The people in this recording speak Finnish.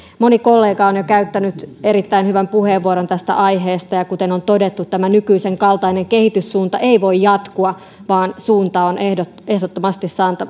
moni kollega on jo käyttänyt erittäin hyvän puheenvuoron tästä aiheesta ja kuten on todettu tämä nykyisen kaltainen kehityssuunta ei voi jatkua vaan suunta on ehdottomasti